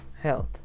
health